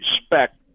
respect